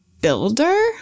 builder